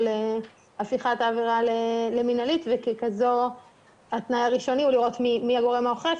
הפיכת העבירה למנהלית וככזו התנאי הראשוני הוא לראות מי הגורם האוכף,